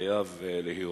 וחייב להיות,